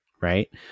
Right